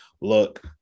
Look